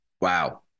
wow